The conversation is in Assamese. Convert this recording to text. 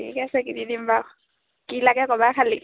ঠিক আছে কিনি দিম বাৰু কি লাগে ক'বা খালি